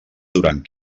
durant